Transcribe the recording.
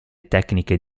tecniche